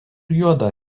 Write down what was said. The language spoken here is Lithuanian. juoda